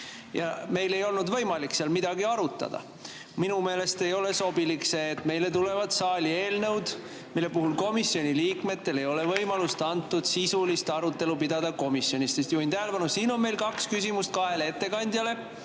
Meil ei olnud võimalik seal midagi arutada. Minu meelest ei ole sobilik, et meile tulevad saali eelnõud, mille puhul komisjoni liikmetele ei ole antud võimalust komisjonis sisulist arutelu pidada. Juhin tähelepanu, et siin on meil kaks küsimust kahele ettekandjale,